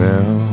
Now